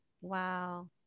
wow